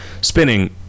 spinning